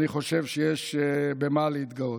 אני חושב שיש במה להתגאות.